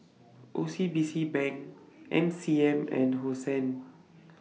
O C B C Bank M C M and Hosen